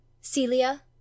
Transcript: celia